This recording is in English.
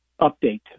update